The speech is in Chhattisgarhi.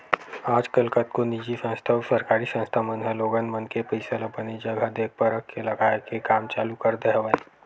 आजकल कतको निजी संस्था अउ सरकारी संस्था मन ह लोगन मन के पइसा ल बने जघा देख परख के लगाए के काम चालू कर दे हवय